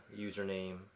username